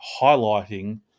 highlighting